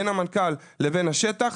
בין המנכ"ל לבין השטח,